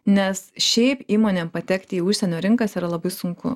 nes šiaip įmonėm patekti į užsienio rinkas yra labai sunku